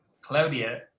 claudia